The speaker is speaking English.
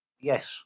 Yes